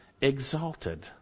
exalted